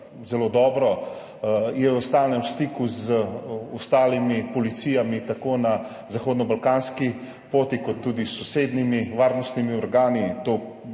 zelo dobro. Je v stalnem stiku z ostalimi policijami, tako na zahodnobalkanski poti kot tudi s sosednjimi varnostnimi organi.